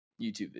YouTube